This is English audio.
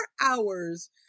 hours